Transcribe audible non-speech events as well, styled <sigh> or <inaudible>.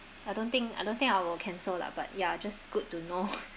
I don't think I don't think I will cancel lah but ya just good to know <noise>